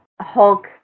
Hulk